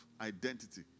identity